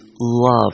love